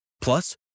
Plus